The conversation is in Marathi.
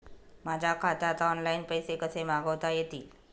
माझ्या खात्यात ऑनलाइन पैसे कसे मागवता येतील?